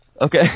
Okay